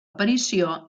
aparició